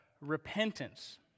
repentance